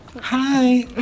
Hi